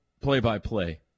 play-by-play